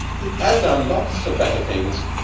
he has done lots of better things.